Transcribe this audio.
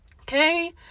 okay